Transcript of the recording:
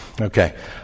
Okay